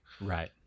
Right